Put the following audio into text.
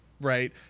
right